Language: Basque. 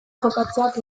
jokatzeak